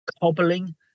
cobbling